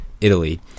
italy